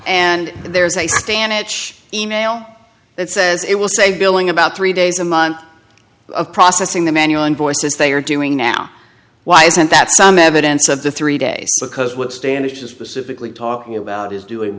and there's a stanage e mail that says it will save billing about three days a month of processing the manual invoices they are doing now why isn't that some evidence of the three day because what standard is specifically talking about is doing